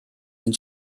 den